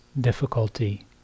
difficulty